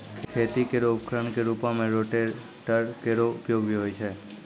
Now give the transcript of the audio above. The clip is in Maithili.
खेती केरो उपकरण क रूपों में रोटेटर केरो उपयोग भी होय छै